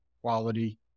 quality